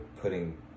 putting